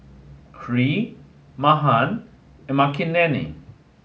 Hri Mahan and Makineni